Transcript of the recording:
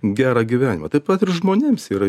gerą gyvenimą taip pat ir žmonėms yra